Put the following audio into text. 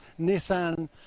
Nissan